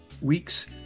weeks